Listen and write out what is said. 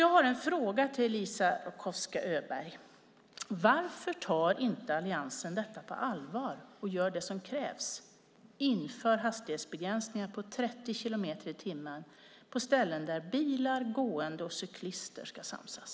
Jag har en fråga till Elisa Roszkowska Öberg: Varför tar inte Alliansen detta på allvar och gör det som krävs, inför en hastighetsbegränsning på 30 kilometer i timmen på ställen där bilister, gående och cyklister ska samsas?